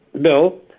Bill